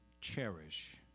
cherish